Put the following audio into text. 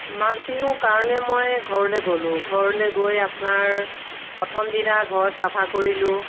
মাঘ বিহুৰ কাৰণে মই ঘৰলে গ'লোঁ ঘৰলে গৈ আপোনাৰ প্ৰথম দিনা ঘৰ চাফা কৰিলোঁ